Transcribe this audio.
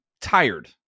tired